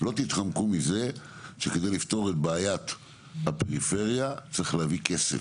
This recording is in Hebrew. לא תתחמקו מזה שכדי לפתור את בעיית הפריפריה צריך להביא כסף.